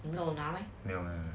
没有拿 meh